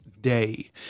day